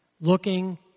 looking